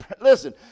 listen